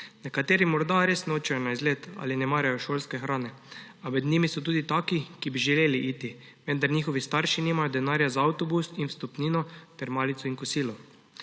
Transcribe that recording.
Nekateri morda res nočejo na izlet ali ne marajo šolske hrane, a med njimi so tudi taki, ki bi želeli iti, vendar njihovi starši nimajo denarja za avtobus in vstopnino ter malico in kosilo.